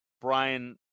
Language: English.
Brian –